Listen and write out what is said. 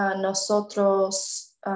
nosotros